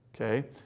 Okay